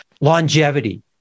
Longevity